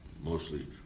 mostly